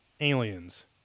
aliens